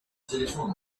those